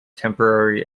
temporary